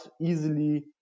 easily